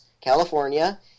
California